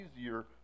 easier